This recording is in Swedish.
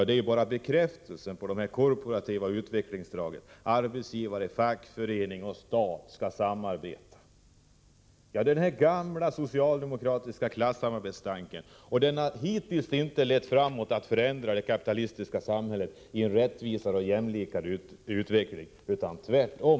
Det är bara bekräftelsen på de korporativa utvecklingsdragen — arbetsgivare, fackförening och stat skall samarbeta. Det är den gamla socialdemokratiska klassamarbetstanken, och den har hittills inte lett till några förändringar som gjort det kapitalistiska samhället mer rättvist och jämlikt — tvärtom.